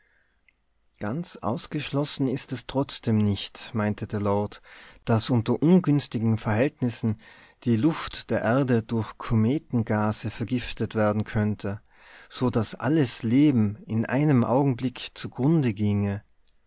ganz ausgeschlossen ist es trotzdem nicht meinte der lord daß unter ungünstigen verhältnissen die luft der erde durch kometengase vergiftet werden könnte so daß alles leben in einem augenblicke zu grunde ginge